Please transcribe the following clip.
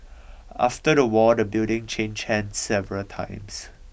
after the war the building changed hands several times